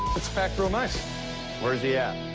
it's packed real nice where's yeah